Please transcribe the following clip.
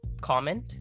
comment